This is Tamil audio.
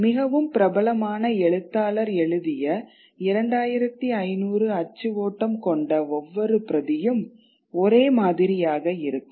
மிகவும் பிரபலமான எழுத்தாளர் எழுதிய 2500 அச்சு ஓட்டம் கொண்ட ஒவ்வொரு பிரதியும் ஒரே மாதிரியாக இருக்கும்